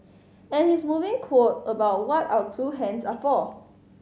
and his moving quote about what our two hands are for